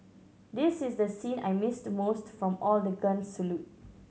this is the scene I missed most from all the guns salute